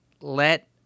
let